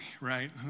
right